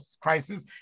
crisis